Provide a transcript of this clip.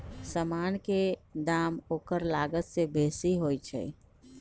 समान के दाम ओकर लागत से बेशी होइ छइ